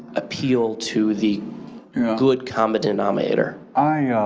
appeal to the good common denominator? i